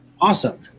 Awesome